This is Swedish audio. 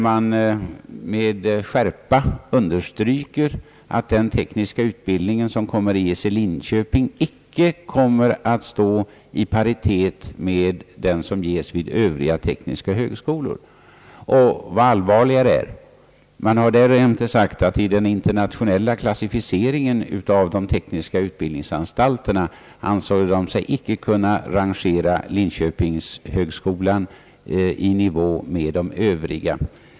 Man understryker där med skärpa att den tekniska utbildning som kommer att ges i Linköping icke kommer att stå i paritet med den som ges vid övriga tekniska högskolor. Vad allvarligare är: man har därjämte sagt att man i den internationella klassificeringen av de tekniska utbildningsanstalterna i Sverige ansåg sig icke kunna rangera linköpingshögskolan i nivå med de övriga.